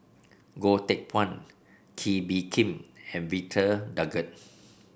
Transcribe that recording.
Goh Teck Phuan Kee Bee Khim and Victor Doggett